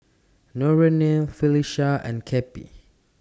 Norene Felisha and Cappie